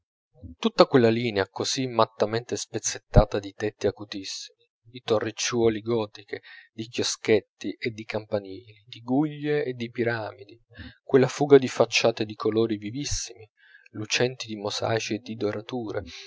tutta quella linea così mattamente spezzettata di tetti acutissimi di torricciuole gotiche di chioschetti e di campanili di guglie e di piramidi quella fuga di facciate di colori vivissimi lucenti di mosaici e di dorature